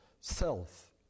self